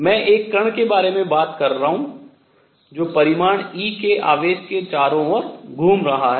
मैं एक कण के बारे में बात कर रहा हूँ जो परिमाण e के आवेश के चारों ओर घूम रहा है